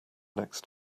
next